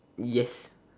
yes